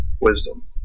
wisdom